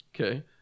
Okay